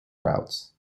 routes